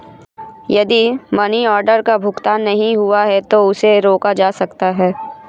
यदि money order का भुगतान नहीं हुआ है तो उसे रोका जा सकता है